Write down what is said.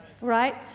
right